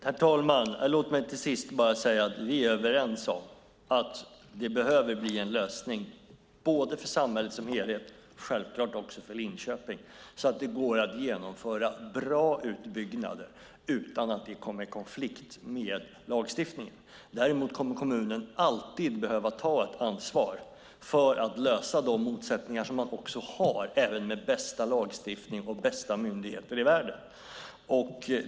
Herr talman! Låt mig säga att vi är överens om att det behöver bli en lösning både för samhället som helhet och självklart också för Linköping så att det går att genomföra bra utbyggnader utan att det kommer i konflikt med lagstiftningen. Däremot kommer kommunerna alltid att behöva ta ett ansvar för att lösa de motsättningar som finns även med den bästa lagstiftningen och de bästa myndigheterna i världen.